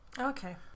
okay